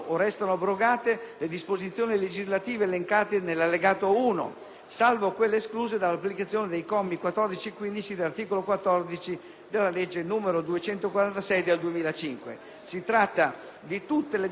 salvo quelle escluse dall'applicazione dei commi 14 e 15 dell'articolo 14 della legge n. 246 del 2005. Si tratta di tutte le disposizioni ritenute non indispensabili emanate tra il 1861